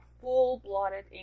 full-blooded